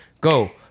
Go